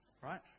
Right